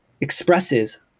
expresses